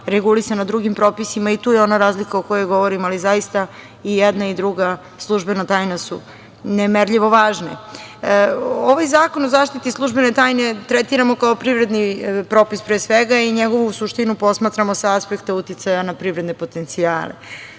regulisano drugim propisima. Tu je ona razlika o kojoj govorim, ali zaista i jedna i druga službena tajna su nemerljivo važne. Ovaj Zakon o zaštiti službene tajne tretiramo kao privredni propis pre svega i njegovu suštinu posmatramo sa aspekta uticaja na privredne potencijale.